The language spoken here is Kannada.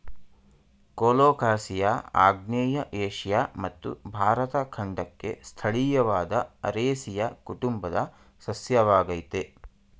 ಕೊಲೊಕಾಸಿಯಾ ಆಗ್ನೇಯ ಏಷ್ಯಾ ಮತ್ತು ಭಾರತ ಖಂಡಕ್ಕೆ ಸ್ಥಳೀಯವಾದ ಅರೇಸಿಯ ಕುಟುಂಬದ ಸಸ್ಯವಾಗಯ್ತೆ